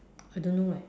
I don't know leh